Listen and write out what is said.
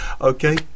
Okay